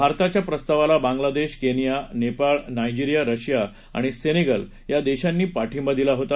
भारताच्या प्रस्तावाला Bangladesh Kenya Nepal Nigeria Russia आणि सेनेगल या देशांनी पाठिंबा दिला होता